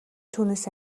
түүнээс